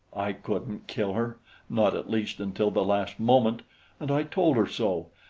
i couldn't kill her not at least until the last moment and i told her so,